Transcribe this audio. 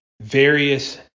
various